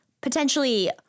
potentially